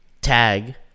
tag